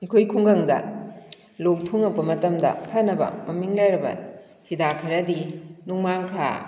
ꯑꯩꯈꯣꯏ ꯈꯨꯡꯒꯪꯗ ꯂꯣꯛ ꯊꯨꯡꯂꯛꯄ ꯃꯇꯝꯗ ꯐꯅꯕ ꯃꯃꯤꯡ ꯂꯩꯔꯕ ꯍꯤꯗꯥꯛ ꯈꯔꯗꯤ ꯅꯣꯡꯃꯥꯡꯈꯥ